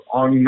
on